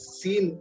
seen